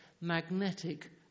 magnetic